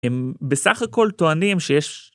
הם בסך הכל טוענים שיש...